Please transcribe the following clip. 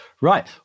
Right